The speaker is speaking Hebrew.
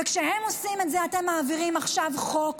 וכשהם עושים את זה, אתם מעבירים עכשיו חוק